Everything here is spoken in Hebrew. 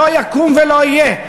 לא יקום ולא יהיה.